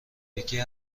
یکی